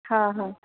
हा हा